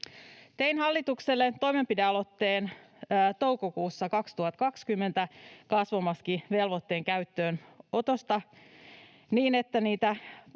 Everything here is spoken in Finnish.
2020 hallitukselle toimenpidealoitteen kasvomaskivelvoitteen käyttöönotosta niin, että niitä